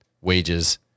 wages